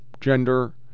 gender